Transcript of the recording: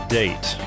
date